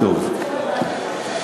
שהם חיו בהן כל חייהם.